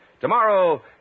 Tomorrow